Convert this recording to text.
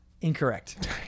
Incorrect